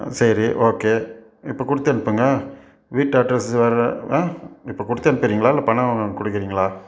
ஆ சரி ஓகே இப்போ கொடுத்தனுப்புங்க வீட்டு அட்ரஸ்ஸு வேறு ஆ இப்போ கொடுத்தனுப்புறீங்களா இல்லை பணம் கொடுக்குறீங்களா